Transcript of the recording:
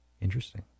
Interesting